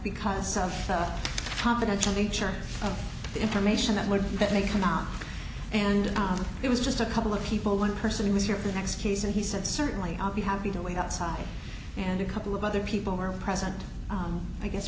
because of confidential nature of the information that would that may come out and it was just a couple of people one person who was here for the next case and he said certainly i'll be happy to wait outside and a couple of other people are present i guess